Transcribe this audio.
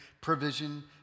provision